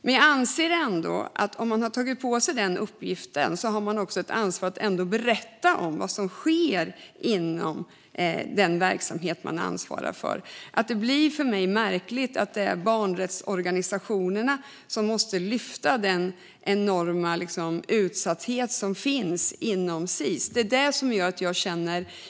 Men jag anser ändå att om man väl har tagit på sig den uppgiften har man också ett ansvar för att berätta vad som sker inom den verksamhet man ansvarar för. Det blir för mig märkligt att det är barnrättsorganisationerna som måste lyfta fram den enorma utsatthet som finns inom Sis. Det är det som gör att jag känner så här.